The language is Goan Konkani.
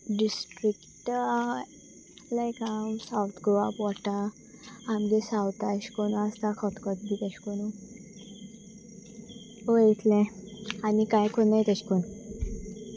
डिस्ट्रिक्टा लायक हांव सावथ गोवा पडटा आमच्या सावता अशे करून आसता खतखतें बी तशें करून हय इतलें आनी कांय करिनात तशें करून